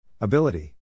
Ability